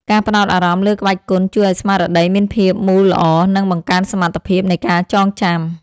ការផ្ដោតអារម្មណ៍លើក្បាច់គុណជួយឱ្យស្មារតីមានភាពមូលល្អ និងបង្កើនសមត្ថភាពនៃការចងចាំ។